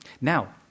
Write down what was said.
Now